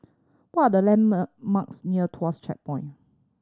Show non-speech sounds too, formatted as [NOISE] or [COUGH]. what are the land [UNINTELLIGIBLE] marks near Tuas Checkpoint